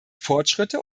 fortschritte